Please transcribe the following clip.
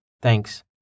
Thanks